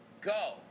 go